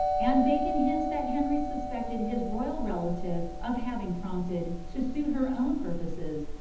and bacon hints that henry suspected his royal relative of having prompted, to suit her own purposes,